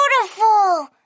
beautiful